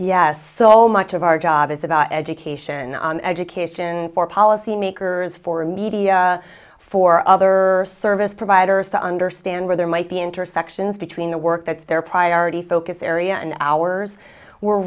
yes so much of our job is about education on education for policymakers for media for other service providers to understand where there might be intersections between the work that's their priority focus area and ours were